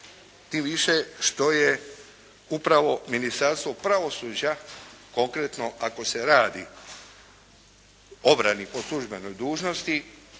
tim više što je upravo Ministarstvo pravosuđa konkretno ako se radi o obrani po službenoj dužnosti